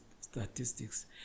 statistics